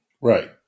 Right